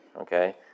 Okay